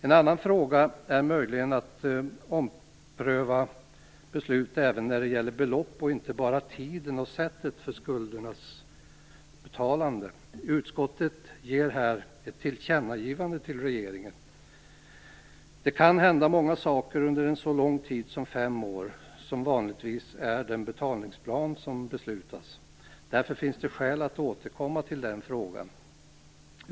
En annan fråga är möjligheten att ompröva beslut även när det gäller belopp och inte bara tiden och sättet för skuldens betalande. Utskottet gör här ett tillkännagivande till regeringen. Det kan hända många saker under en så lång tid som fem år, som vanligtvis är den betalningsplan som beslutas. Därför finns det skäl att återkomma till den frågan.